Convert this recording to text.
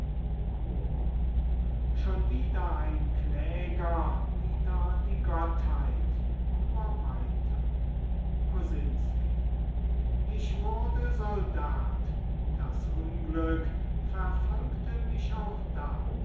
schon wieder ein kläger wider die gottheit nur weiter kosinsky ich wurde soldat das unglück verfolgte mich auch da